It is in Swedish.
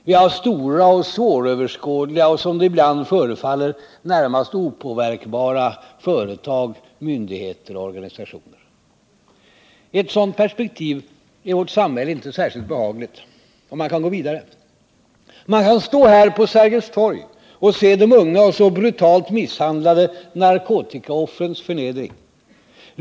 Vi har stora och svåröverskådliga och, som det ibland förefaller, närmast opåverkbara företag, myndigheter och organisationer. I ett sådant perspektiv är vårt samhälle inte särskilt behagligt. Och man kan gå vidare. Man kan stå här på Sergels torg och se de unga och så brutalt misshandlade narkotikaoffrens förnedring.